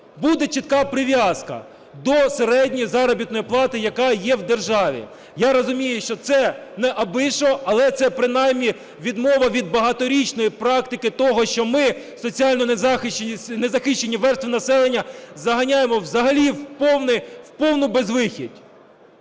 Буде чітка прив'язка до середньої заробітної плати, яка є в державі. Я розумію, що це не аби що. Але це принаймні відмова від багаторічної практики того, що ми соціально незахищені верстви населення заганяємо взагалі в повну безвихідь.